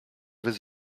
his